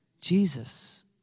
Jesus